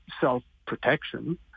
self-protection